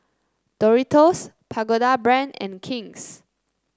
Doritos Pagoda Brand and King's